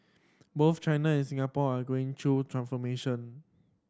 both China and Singapore are going through transformation